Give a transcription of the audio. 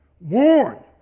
Warn